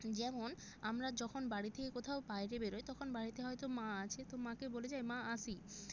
যেমন আমরা যখন বাড়ি থেকে কোথাও বাইরে বেরোই তখন বাড়িতে হয়তো মা আছে তো মাকে বলে যাই মা আসি